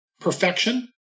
Perfection